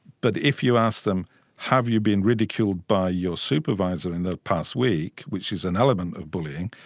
but if you asked them have you been ridiculed by your supervisor in the past week, which is an element of bullying,